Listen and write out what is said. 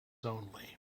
only